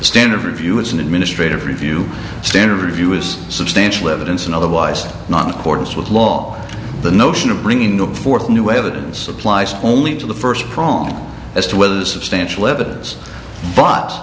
standard review as an administrative review standard review is substantial evidence and otherwise not accordance with law the notion of bringing new forth new evidence applies only to the first prong as to whether the substantial evidence but